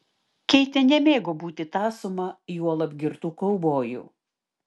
keitė nemėgo būti tąsoma juolab girtų kaubojų